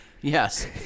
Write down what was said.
Yes